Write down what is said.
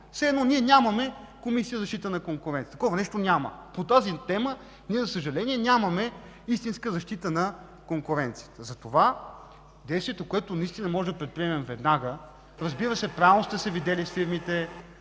едно ние нямаме Комисия за защита на конкуренцията. Такова нещо няма! По тази тема ние за съжаление нямаме никаква защита на конкуренцията. Затова действието, което можем да предприемем веднага – разбира се, правилно сте се видели с фирмите,